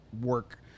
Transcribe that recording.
work